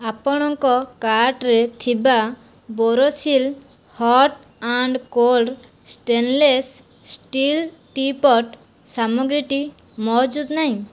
ଆପଣଙ୍କ କାର୍ଟ୍ରେ ଥିବା Borosil hot and cold stainless steel tea' pot ସାମଗ୍ରୀଟି ମହଜୁଦ ନାହିଁ